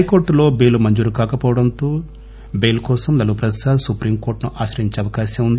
హైకోర్టులో బైలు మంజురు కాకవోవడంలో బైల్ కోసం లలూ ప్రసాద్ సుప్రీంకోర్టును ఆశ్రయించే అవకాశం ఉంది